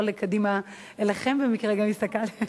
לא לקדימה, אליכם, במקרה גם הסתכלתי.